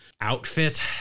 outfit